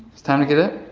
time to get up.